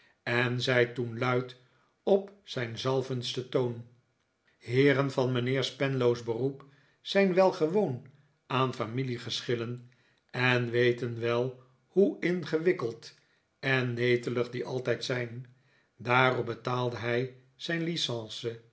en zei toe n luid op zijn zalvendsten toon heeren van mijnheer spenlow's beroep zijn wel gewoon aan familiegeschillen en weten wel hoe ingewikkeld en netelig die altijd zijn daarop betaalde hij zijn